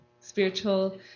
spiritual